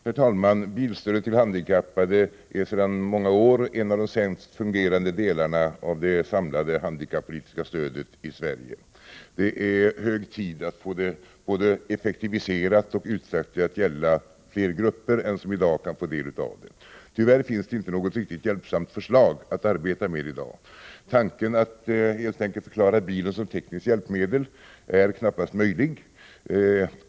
Herr talman! Bilstödet till handikappade är sedan många år en av de sämst fungerande delarna av det samlade handikappolitiska stödet i Sverige. Det är hög tid att få det både effektiviserat och utsträckt till att gälla fler grupper än som i dag kan få del av det. Tyvärr finns det inte något riktigt hjälpsamt förslag att arbeta med i dag. Att helt enkelt förklara bilen som tekniskt hjälpmedel är knappast möjligt.